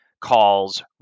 calls